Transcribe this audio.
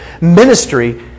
Ministry